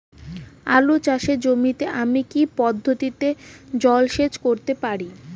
আলু চাষে জমিতে আমি কী পদ্ধতিতে জলসেচ করতে পারি?